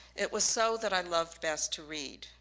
it was so that i loved best to read.